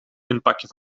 inpakken